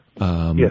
Yes